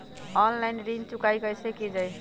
Online ऋण चुकाई कईसे की ञाई?